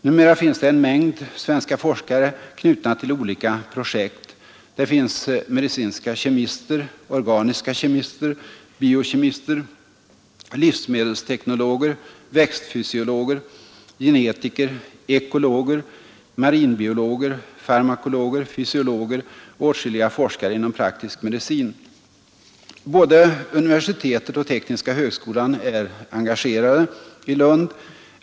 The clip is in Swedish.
Numera finns det en mängd svenska forskare knutna till olika projekt; där finns medicinska kemister, organiska kemister, biokemister, livsmedelsteknologer, växtfysiologer, genetiker, ekologer, marinbiologer, farmakologer, fysiologer och åtskilliga forskare inom praktisk medicin. Både universitetet och tekniska högskolan i Lund är engagerade.